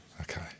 Okay